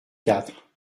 quatre